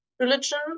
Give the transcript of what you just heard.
religion